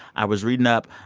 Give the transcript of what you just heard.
i was reading up,